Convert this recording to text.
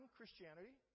Christianity